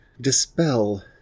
dispel